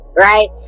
right